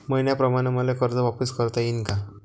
मईन्याप्रमाणं मले कर्ज वापिस करता येईन का?